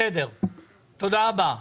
תודה רבה.